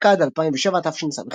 עקד, 2007 תשס"ג